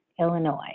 Illinois